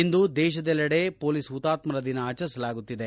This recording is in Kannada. ಇಂದು ದೇಶದೆಲ್ಲೆಡೆ ಮೊಲೀಸ್ ಹುತಾತ್ಮರ ದಿನ ಆಚರಿಸಲಾಗುತ್ತಿದೆ